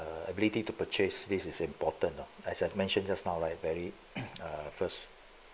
uh ability to purchase this is important ah as I've mentioned just now right very uh first